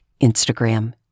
Instagram